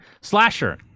Slasher